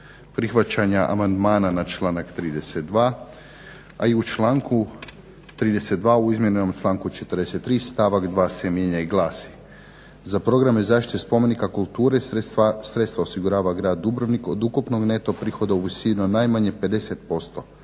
prihvaćanja amandmana na članak 32 a i u članku 32, i izmijenjenom članku 43 stavak 2 se mijenja se i glasi: " Za programe zaštite spomenika kulture sredstva osigurava grad Dubrovnik od ukupnog neto prihoda u visini od najmanje 50%